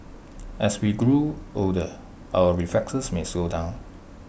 as we grow older our reflexes may slow down